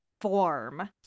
form